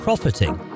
profiting